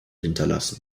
hinterlassen